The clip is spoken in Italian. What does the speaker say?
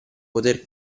poter